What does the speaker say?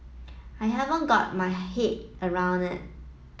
I haven't got my head around it